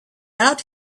out